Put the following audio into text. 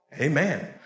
Amen